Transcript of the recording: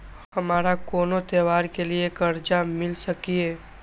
हमारा कोनो त्योहार के लिए कर्जा मिल सकीये?